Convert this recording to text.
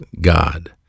God